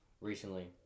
recently